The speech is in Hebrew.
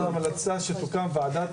מה עם ההמלצה שתוקדם ועדת משנה לשפה הערבית?